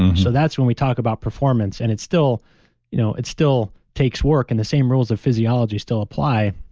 and so that's when we talk about performance, and it still you know it still takes work, and the same rules of physiology still apply.